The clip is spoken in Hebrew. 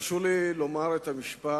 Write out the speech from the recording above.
תרשו לי לומר את המשפט,